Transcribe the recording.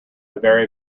very